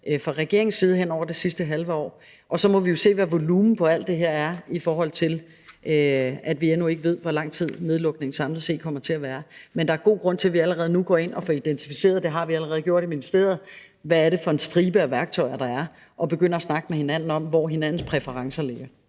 fra regeringens side hen over det sidste halve år. Så må vi jo se, hvad volumen på alt det her er, i forhold til at vi endnu ikke ved, hvor lang tid nedlukningen samlet set kommer til at vare. Men der er god grund til, at vi allerede nu går ind og får identificeret – det har vi allerede gjort i ministeriet – hvad det er for en stribe af værktøjer, der er, og begynder at snakke med hinanden om, hvor hinandens præferencer ligger.